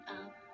up